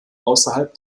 außerhalb